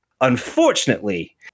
Unfortunately